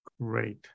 great